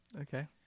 Okay